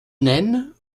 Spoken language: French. nène